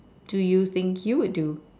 do you think you would do